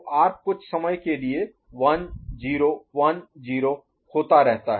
तो R कुछ समय के लिए 1 0 1 0 होता रहता है